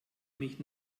mich